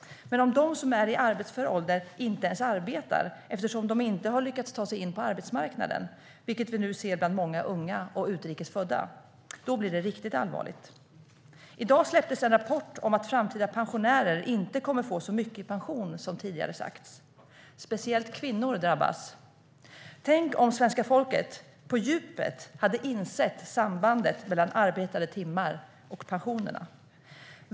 Men om de som är i arbetsför ålder inte ens arbetar eftersom de inte har lyckats ta sig in på arbetsmarknaden - vilket vi nu ser bland många unga och utrikes födda - då blir det riktigt allvarligt. I dag kom det en rapport om att framtida pensionärer inte kommer att få så mycket i pension som tidigare sagts. Speciellt kvinnor drabbas. Tänk om svenska folket på djupet hade insett sambandet mellan arbetade timmar och pensionerna!